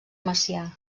macià